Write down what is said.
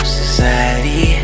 society